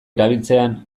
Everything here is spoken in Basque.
erabiltzean